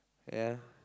ya